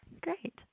Great